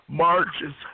marches